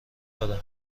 دادم